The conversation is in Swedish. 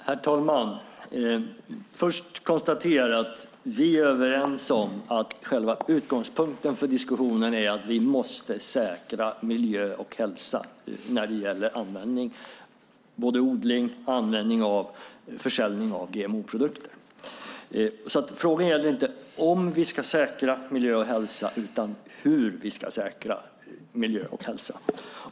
Herr talman! Först vill jag konstatera att vi är överens om att själva utgångspunkten för diskussionen är att vi måste säkra miljö och hälsa när det gäller odling, användning och försäljning av GMO-produkter. Frågan gäller alltså inte om vi ska säkra miljö och hälsa utan hur vi ska säkra miljö och hälsa.